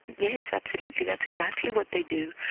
yes, absolutely, that's exactly what they do.